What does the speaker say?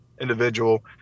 individual